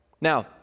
Now